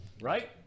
right